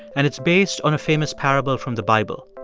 and it's based on a famous parable from the bible.